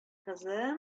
кызым